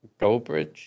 Goldbridge